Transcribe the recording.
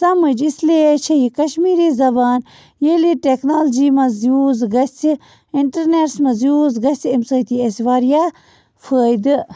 سمٕج اِس لیے چھےٚ یہِ کشمیٖری زبان ییٚلہِ یہِ ٹٮ۪کنالجی منٛز یوٗز گَژھِ اِنٹرنٮ۪ٹَس منٛز یوٗز گژھِ اَمہِ سۭتۍ یی اَسہِ واریاہ فٲیدٕ